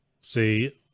see